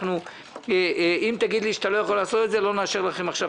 אני מבקש לקבל את